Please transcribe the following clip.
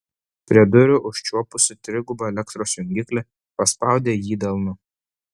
prie durų užčiuopusi trigubą elektros jungiklį paspaudė jį delnu